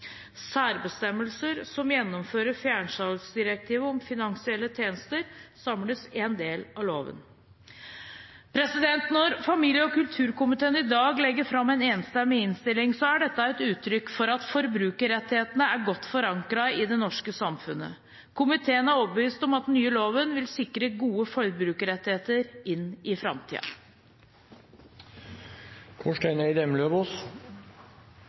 Særbestemmelsene som gjennomfører fjernsalgsdirektivet om finansielle tjenester samles i én del av loven. Når familie- og kulturkomiteen i dag legger fram en enstemmig innstilling, så er dette et uttrykk for at forbrukerrettighetene er godt forankret i det norske samfunnet. Komiteen er overbevist om at den nye loven vil sikre gode forbrukerrettigheter inn i framtida. Angrerettloven får nå en harmonisering med øvrige land i